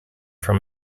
from